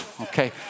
okay